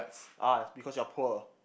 ah it's because you are poor